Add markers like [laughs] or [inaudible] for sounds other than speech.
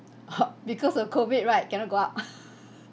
[laughs] because of COVID right cannot go out [laughs]